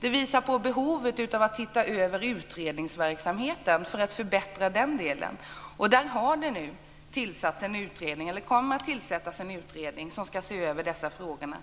Det visar på behovet av att man tittar över utredningsverksamheten för att förbättra den delen. Och det kommer nu att tillsättas en utredning som ska se över dessa frågor.